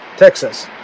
Texas